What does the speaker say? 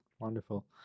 Wonderful